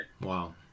Wow